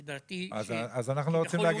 אז אנחנו לא רוצים להגן